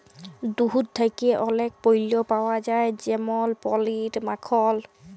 দুহুদ থ্যাকে অলেক পল্য পাউয়া যায় যেমল পলির, মাখল